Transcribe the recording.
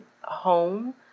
home